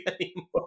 anymore